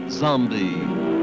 zombie